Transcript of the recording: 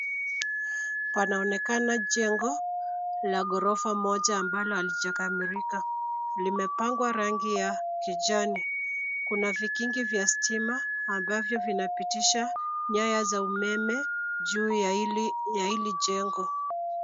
Panaonekana jengo la ghorofa moja ambalo halijakamilika. Limepangwa rangi ya kijani. Kuna vikingi vya stima ambavyo vinapitisha nyaya za umeme juu ya hili, ya hili jengo.